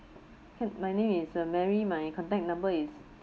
K my name is uh mary my contact number is